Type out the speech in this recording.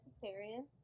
vegetarian